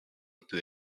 peut